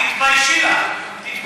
תתביישי לך.